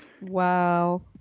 wow